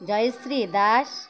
Jayashree Das